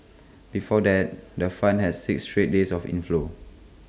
before that the fund had six straight days of inflows